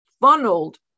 funneled